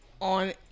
On